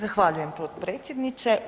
Zahvaljujem potpredsjedniče.